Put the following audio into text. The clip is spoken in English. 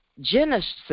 Genesis